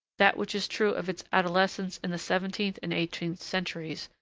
that which is true of its adolescence in the seventeenth and eighteenth centuries,